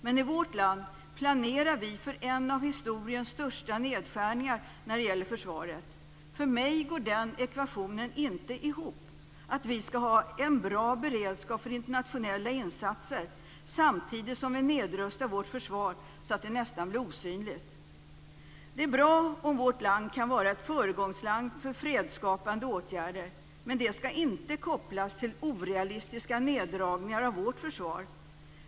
Men i vårt land planerar vi för en av historiens största nedskärningar när det gäller försvaret. För mig går den ekvationen inte ihop: att vi skall ha en bra beredskap för internationella insatser, samtidigt som vi nedrustar vårt försvar så att det nästan blir osynligt. Det är bra om vårt land kan vara ett föregångsland för fredsskapande åtgärder, men detta skall inte kopplas till orealistiska neddragningar av vårt försvar.